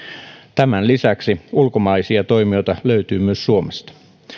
tämän lisäksi ulkomaisia toimijoita löytyy myös suomesta